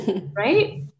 right